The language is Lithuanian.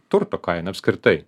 turto kaina apskritai